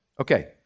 Okay